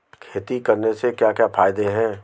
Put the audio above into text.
खेती करने से क्या क्या फायदे हैं?